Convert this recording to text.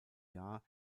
jahr